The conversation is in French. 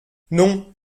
non